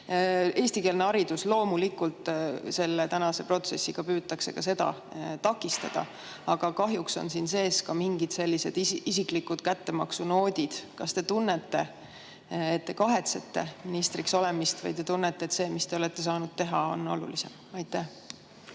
Eestikeelne haridus – loomulikult selle tänase protsessiga püütakse ka seda takistada. Ja kahjuks on siin sees ka mingid sellised isikliku kättemaksu noodid. Kas te tunnete, et te kahetsete ministriks olemist, või tunnete, et see, mis te olete saanud teha, on olulisem? Aitäh!